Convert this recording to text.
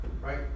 right